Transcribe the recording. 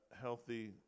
healthy